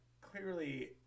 clearly